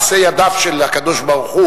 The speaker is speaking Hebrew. מעשה ידיו של הקדוש-ברוך-הוא,